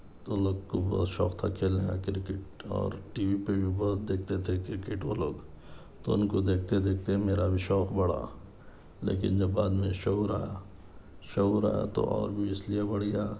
تو اُن لوگ کو بہت شوق تھا کھیلنا کا کرکٹ اور ٹی وی پہ بھی بہت دیکھتے تھے کرکٹ وہ لوگ تو اُن کو دیکھتے دیکھتے میرا بھی شوق بڑھا لیکن جب بعد میں شعور آیا شعور آیا تو اور بھی اِس لئے بڑھ گیا